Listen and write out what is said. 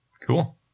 cool